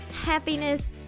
happiness